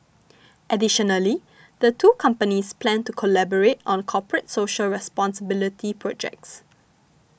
additionally the two companies plan to collaborate on corporate social responsibility projects